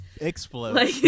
Explode